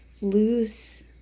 lose